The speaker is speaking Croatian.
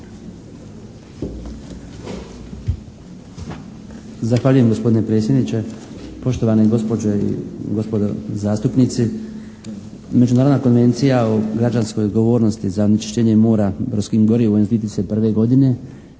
Zahvaljujem gospodine predsjedniče, poštovane gospođe i gospodo zastupnici. Međunarodna konvencija o građanskoj odgovornosti za onečišćenje mora … /Govornik se ne